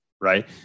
right